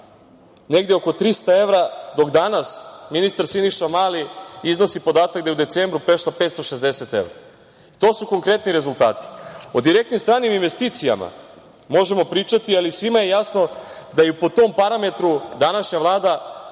negde oko 300 evra, dok danas ministar Siniša Mali iznosi podatak da je u decembru prešla 560 evra. To su konkretni rezultati.O direktnim stranim investicijama možemo pričati, ali svima je jasno da je i po tom parametru današnja Vlada na